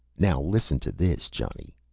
now listen to this, johnny,